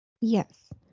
Yes